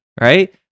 right